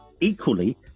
Equally